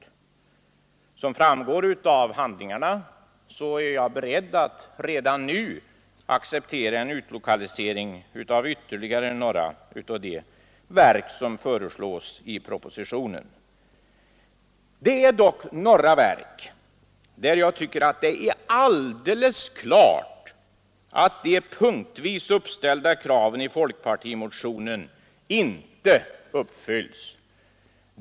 Som framgår av handlingarna är jag beredd att redan nu acceptera en utlokalisering av ytterligare några av de verk som föreslås i propositionen. Det är dock några verk där jag tycker det är alldeles klart att de punktvis uppställda kraven i folkpartimotionen inte uppfylles.